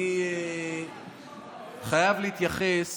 אני חייב להתייחס